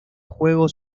juego